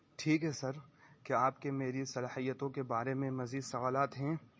ٹھیک ہے سر کیا آپ کے میری صلاحیتوں کے بارے میں مزید سوالات ہیں